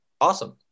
Awesome